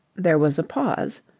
there was a pause.